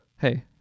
hey